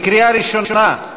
בקריאה ראשונה.